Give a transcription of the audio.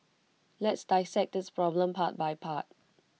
let's dissect this problem part by part